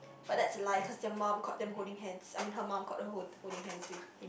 but that's a lie cause your mum caught them holding hands I mean her mum caught her hold holding hands with him